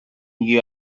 you